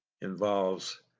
involves